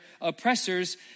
oppressors